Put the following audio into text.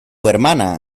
hermana